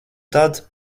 tad